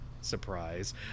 surprise